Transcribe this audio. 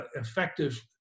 effective